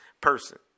person